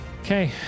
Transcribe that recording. Okay